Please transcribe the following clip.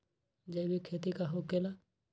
जैविक खेती का होखे ला?